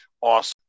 Awesome